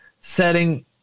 setting